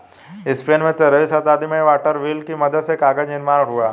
Spain में तेरहवीं शताब्दी में वाटर व्हील की मदद से कागज निर्माण हुआ